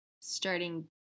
starting